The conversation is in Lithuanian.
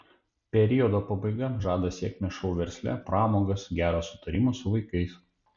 periodo pabaiga žada sėkmę šou versle pramogas gerą sutarimą su vaikais